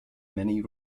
many